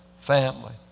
family